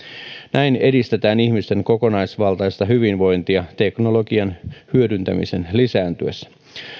näin edistetään ihmisten kokonaisvaltaista hyvinvointia teknologian hyödyntämisen lisääntyessä